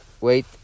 wait